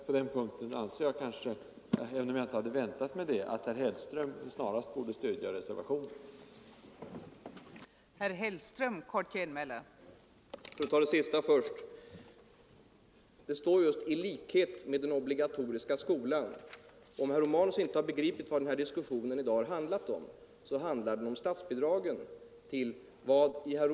På den punkten anser jag att herr Hellström snarast borde stödja reservationen, även om jag inte väntar mig att han skall göra det.